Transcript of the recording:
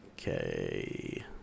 okay